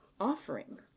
offering